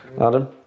Adam